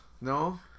no